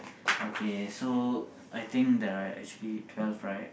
okay so I think there are actually twelve right